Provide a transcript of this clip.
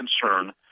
concern